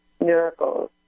miracles